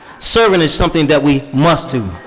serving is something that we must do.